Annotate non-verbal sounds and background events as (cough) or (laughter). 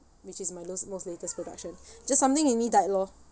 which is my last most latest production (breath) just something in me died lor